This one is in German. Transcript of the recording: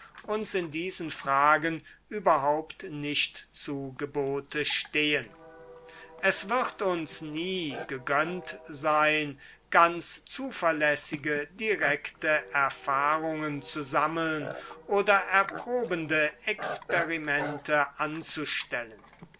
uns in diesen fragen überhaupt nicht zu gebote stehen es wird uns nie gegönnt sein ganz zuverlässige direkte erfahrungen zu sammeln oder erprobende experimente anzustellen